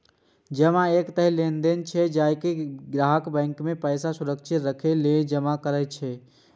जमा एक तरह लेनदेन छियै, जइमे ग्राहक बैंक मे पैसा सुरक्षित राखै लेल जमा करै छै